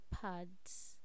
pads